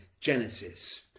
Genesis